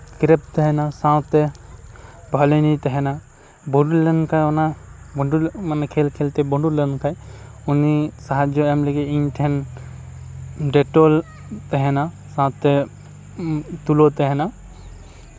ᱠᱮᱨᱮᱯ ᱛᱟᱦᱮᱱᱟ ᱥᱟᱶᱛᱮ ᱵᱷᱳᱞᱤᱱᱤ ᱛᱟᱦᱮᱱᱟ ᱵᱷᱳᱸᱰᱳᱨ ᱞᱮᱱᱠᱷᱟᱱ ᱚᱱᱟ ᱵᱩᱰᱩᱨ ᱠᱷᱮᱞ ᱠᱷᱮᱞ ᱛᱮ ᱵᱷᱳᱸᱰᱳᱨ ᱞᱮᱱᱠᱷᱟᱱ ᱩᱱᱤ ᱥᱟᱦᱟᱡᱡᱚ ᱮᱢ ᱞᱟᱹᱜᱤᱫ ᱤᱧ ᱴᱷᱮᱱ ᱰᱮᱴᱚᱞ ᱛᱟᱦᱮᱱᱟ ᱥᱟᱶᱛᱮ ᱛᱩᱞᱟᱹᱢ ᱛᱟᱦᱮᱱᱟ